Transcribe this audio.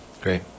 Great